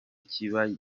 kibaho